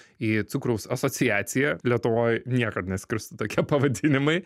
į cukraus asociaciją lietuvoj niekad neskirstų tokie pavadinimai